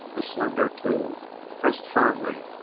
a slender tube pressed firmly,